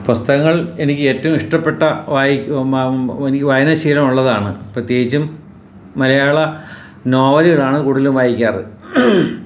പുസ്തകങ്ങള് എനിക്ക് ഏറ്റവും ഇഷ്ടപ്പെട്ട എനിക്ക് വായനാശീലം ഉള്ളതാണ് പ്രത്യേകിച്ചും മലയാള നോവലുകളാണ് കൂടുതലും വായിക്കാറ്